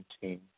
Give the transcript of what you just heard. team